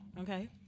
Okay